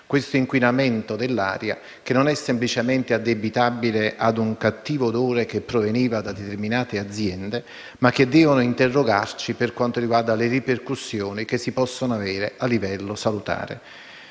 questo inquinamento dell'aria non è semplicemente addebitabile a un cattivo odore che proveniva da determinate aziende, ma deve farci interrogare sulle ripercussioni che si possono avere a livello salutare.